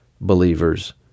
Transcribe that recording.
believers